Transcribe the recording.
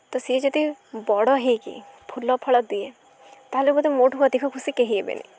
ତ ସେ ଯଦି ବଡ଼ ହୋଇକି ଫୁଲ ଫଳ ଦିଏ ତା'ହେଲେ ବୋଧେ ମୋଠୁ ଅଧିକ ଖୁସି କେହି ହେବେନି